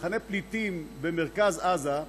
מחנה פליטים במרכז עזה.